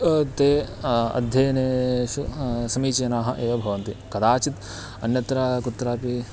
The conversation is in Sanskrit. ते अध्ययनेषु समीचीनाः एव भवन्ति कदाचित् अन्यत्र कुत्रापि